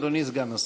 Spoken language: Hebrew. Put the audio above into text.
אדוני סגן השר.